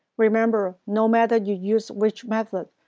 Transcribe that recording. remember, no matter you use which method,